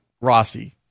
Rossi